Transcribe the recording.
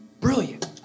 brilliant